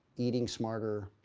eating smarter,